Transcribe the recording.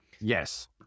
Yes